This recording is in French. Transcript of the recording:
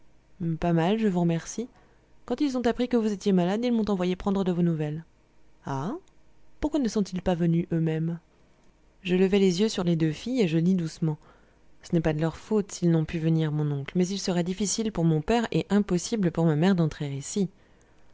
pas mal je vous remercie quand ils ont appris que vous étiez malade ils m'ont envoyé prendre de vos nouvelles ah pourquoi ne sont-ils pas venus eux-mêmes je levai les yeux sur les deux filles et je dis doucement ce n'est pas de leur faute s'ils n'ont pu venir mon oncle mais il serait difficile pour mon père et impossible pour ma mère d'entrer ici